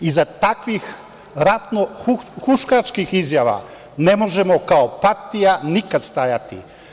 Iza takvih ratno-huškačkih izjava ne možemo kao partija nikad stajati.